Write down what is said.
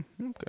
Okay